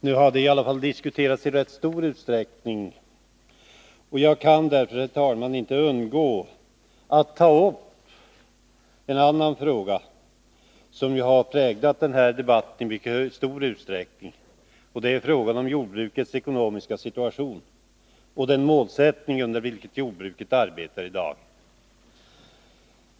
Nu har de diskuterats i rätt stor utsträckning, och jag kan inte underlåta att i stället ta upp en annan fråga som i mycket hög grad har präglat debatten, nämligen frågan om jordbrukets ekonomiska situation och den målsättning under vilken jordbruket arbetar i dag.